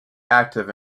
active